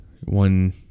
one